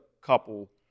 couple